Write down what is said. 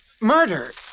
murder